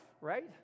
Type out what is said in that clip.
right